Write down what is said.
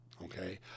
okay